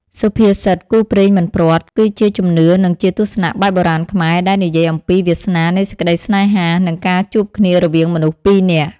សុភាសិត «គូព្រេងមិនព្រាត់» គឺជាជំនឿ និងជាទស្សនៈបែបបុរាណខ្មែរ ដែលនិយាយអំពីវាសនានៃសេចក្ដីស្នេហា និងការជួបគ្នារវាងមនុស្សពីរនាក់។